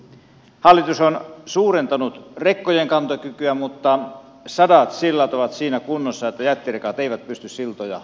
hallitus on suurentanut rekkojen kantokykyä mutta sadat sillat ovat siinä kunnossa että jättirekat eivät pysty siltoja ylittämään